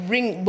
Bring